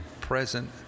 present